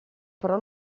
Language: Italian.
però